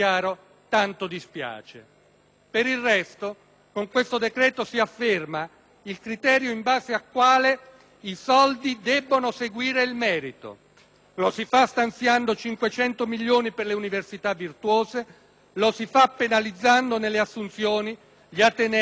Per il resto, con questo decreto-legge si afferma il criterio in base al quale i soldi debbono seguire il merito. Lo si fa stanziando 500 milioni di euro per le università virtuose e penalizzando, nelle assunzioni, gli atenei con bilanci critici.